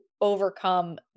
overcome